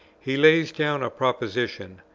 he lays down a proposition,